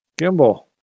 Gimbal